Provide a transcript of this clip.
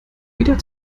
wieder